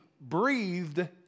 breathed